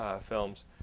films